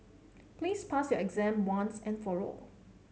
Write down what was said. please pass your exam once and for all